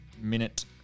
minute